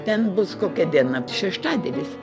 ten bus kokia diena šeštadienis